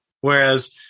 whereas